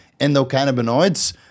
endocannabinoids